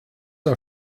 are